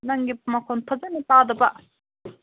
ꯅꯪꯒꯤ ꯃꯈꯣꯜ ꯐꯖꯅ ꯇꯥꯗꯕ